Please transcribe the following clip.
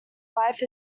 life